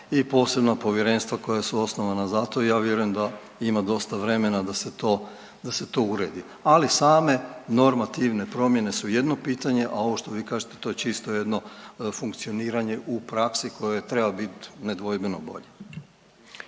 i posebna povjerenstva koja su osnovana za to. Ja vjerujem da ima dosta vremena da se to uredi. Ali same normativne promjene su jedno pitanje, a ovo što vi kažete to je čisto jedno funkcioniranje u praksi koje treba biti nedvojbeno bolje.